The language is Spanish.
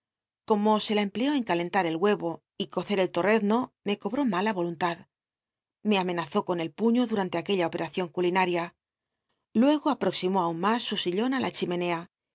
como se la empleó en calentar el hueyo y cocer el torrezno me cobró mala yoiuntad me amenazó con el puño du ran te aquella opcracion culinaria luego aproximó aun mas su sillón á la chimenea